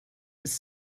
ist